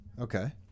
Okay